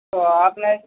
تو آپ نے